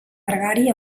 gregari